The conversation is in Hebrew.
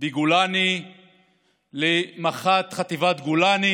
בגולני למח"ט גולני